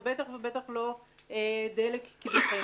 ובטח ובטח לא "דלק קידוחים".